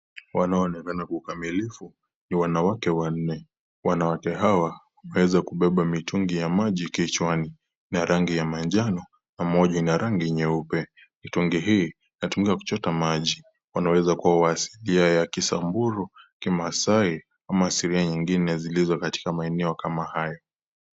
Wanaonekana kwa ukamilivu, ni wanawake wanne. Wanawake hawa waweza kubeba mitungi ya maji kichwani, na rangi ya manjano pamoja na rangi nyeupe. Mkitungi hii inatumika kuchota maji. Wanaweza kuwa asilia ya kisamburu, kimasai ama asilia nyingine zilizo katika maneno kama haya.